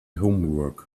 homework